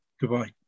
Goodbye